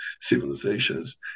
civilizations